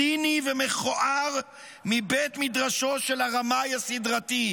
ציני ומכוער מבית מדרשו של הרמאי הסדרתי.